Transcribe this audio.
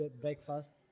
breakfast